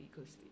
ecosystem